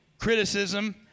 criticism